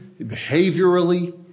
behaviorally